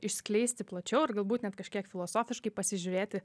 išskleisti plačiau ir galbūt net kažkiek filosofiškai pasižiūrėti